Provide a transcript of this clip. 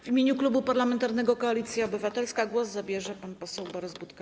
W imieniu Klubu Parlamentarnego Koalicja Obywatelska głos zabierze pan poseł Borys Budka.